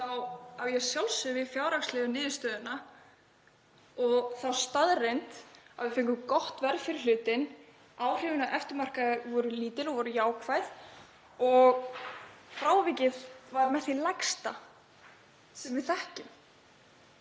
þá á ég að sjálfsögðu við fjárhagslegu niðurstöðuna og þá staðreynd að við fengum gott verð fyrir hlutinn. Áhrifin á eftirmarkaði voru lítil og voru jákvæð og frávikið var með því lægsta sem við þekkjum.